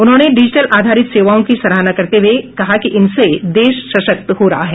उन्होंने डिजिटल आधारित सेवाओं की सराहना करते हुए कहा कि इनसे देश सशक्त हो रहा है